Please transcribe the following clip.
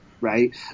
right